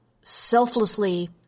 selflessly